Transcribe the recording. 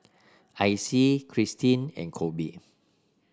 Icy Kirstin and Kolby